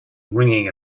ringing